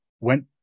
went